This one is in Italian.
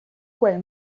quel